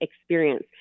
experience